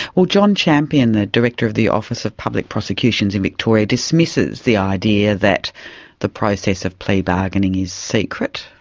well, john champion, the director of the office of public prosecutions in victoria dismisses the idea that the process of plea bargaining is secret,